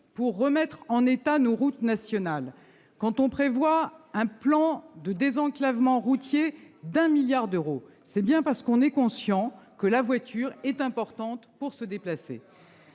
pour remettre en état nos routes nationales, quand on prévoit un plan de désenclavement routier de 1 milliard d'euros, c'est bien parce que l'on est conscient que la voiture est importante pour se déplacer